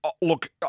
Look